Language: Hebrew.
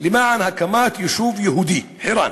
למען הקמת יישוב יהודי, חירן,